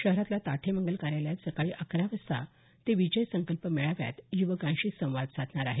शहरातल्या ताठे मंगल कार्यालयात सकाळी अकरा वाजता ते विजय संकल्प मेळाव्यात युवकांशी संवाद साधणार आहेत